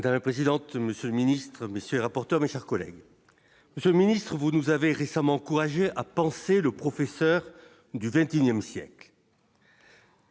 Madame la présidente, monsieur le ministre, messieurs les rapporteurs, mes chers collègues, le ministre, vous nous avez récemment encouragé à penser le professeur du XXIe siècle.